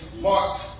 Mark